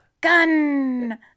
gun